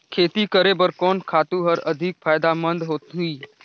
खेती करे बर कोन खातु हर अधिक फायदामंद होही?